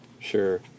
Sure